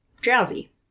drowsy